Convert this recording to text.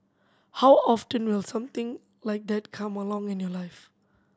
how often will something like that come along in your life